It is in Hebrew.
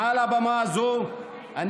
מעל הבמה הזאת,